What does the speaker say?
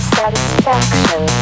Satisfaction